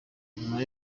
nyuma